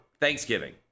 Thanksgiving